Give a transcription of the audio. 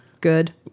good